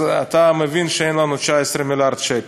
אז אתה מבין שאין לנו 19 מיליארד שקל.